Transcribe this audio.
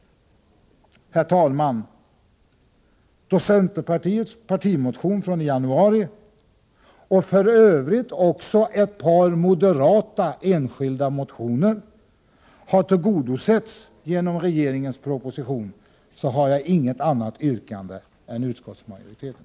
Herr talman! Då centerpartiets partimotion från i januari, och för övrigt också ett par moderata enskilda motioner, har tillgodosetts genom regeringens proposition, har jag inget annat yrkande än utskottsmajoriteten.